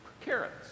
carrots